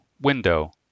Window